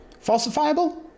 Falsifiable